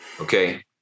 Okay